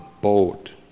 boat